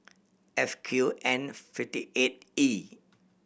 F Q N fifty eight E